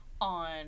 on